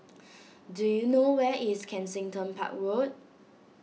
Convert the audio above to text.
do you know where is Kensington Park Road